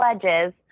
pledges